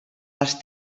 els